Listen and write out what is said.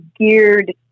geared